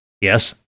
Yes